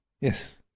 Yes